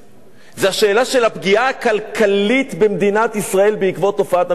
זו השאלה של הפגיעה הכלכלית במדינת ישראל בעקבות תופעת המסתננים.